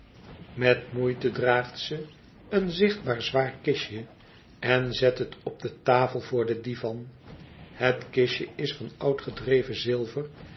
met moeite draagt ze een zichtbaar zwaar kistje en zet het op de tafel voor den divan het kistje is van oud gedreven zilver